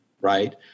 right